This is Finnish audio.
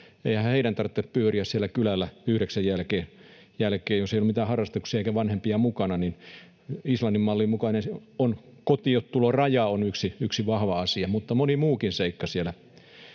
Eihän heidän tarvitse pyöriä siellä kylällä yhdeksän jälkeen, jos ei ole mitään harrastuksia eikä vanhempia mukana. Islannin mallin mukaan kotiintuloraja on yksi vahva asia, mutta moni muukin seikka siellä,